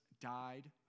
died